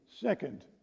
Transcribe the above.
second